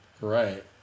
right